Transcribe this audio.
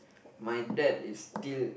my dad is still